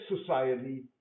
society